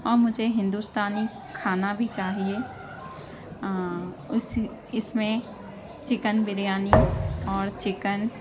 اور مجھے ہندوستانی کھانا بھی چاہیے اس اس میں چکن بریانی اور چکن